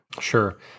Sure